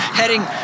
heading